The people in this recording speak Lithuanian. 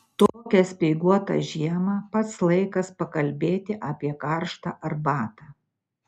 tokią speiguotą žiemą pats laikas pakalbėti apie karštą arbatą